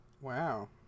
Wow